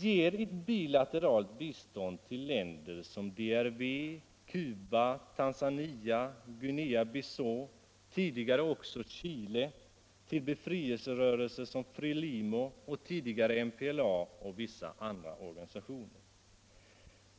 till — bilateralt bistånd till länder som DRV, Cuba, Tanzania, Guinea-Bissau och tidigare också Chile, och till befrielserörelser som Frelimo och tidigare MPLA och vissa andra organisationer.